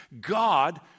God